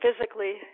physically